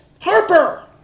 harper